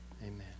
Amen